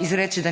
izreči,